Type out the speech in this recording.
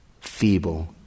feeble